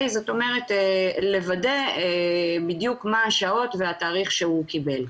זאת אומרת לוודא בדיוק מה השעות והתאריך שהוא קיבל.